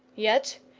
yet,